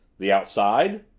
the outside?